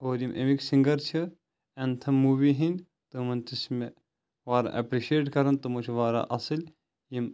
اور یِم اَمِکۍ سِنٛگَر چھِ اٮ۪نتَھم موٗوی ہِنٛدۍ تِمَن تہِ چھِ مے واریاہ ایپرِشیٹ کَرَن تِمو چھِ واریاہ اصٕلۍ یِم